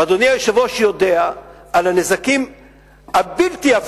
ואדוני היושב-ראש יודע על הנזקים הבלתי-הפיכים